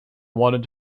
wanted